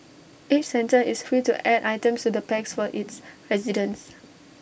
each centre is free to add items to the packs for its residents